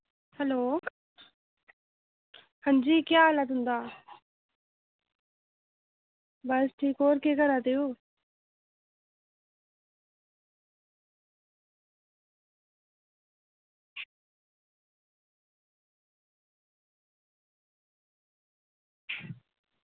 hello हां जी केह् हाल ऐ तुंदा बस ठीक होर केह् करा दे ओ